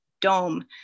dome